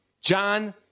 John